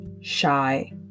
shy